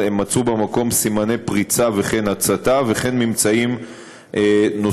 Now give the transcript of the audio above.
הם מצאו במקום סימני פריצה וכן הצתה וכן ממצאים נוספים,